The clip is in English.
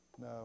no